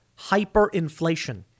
hyperinflation